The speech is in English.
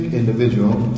individual